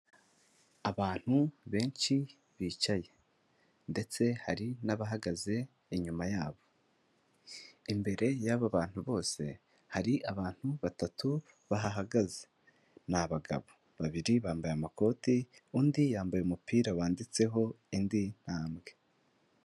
Abantu benshi bicaye ndetse hari n'abahagaze inyuma yabo, imbere y'aba bantu bose hari abantu batatu bahagaze, ni abagabo, babiri bambaye amakoti undi yambaye umupira wanditseho indi ntambwe.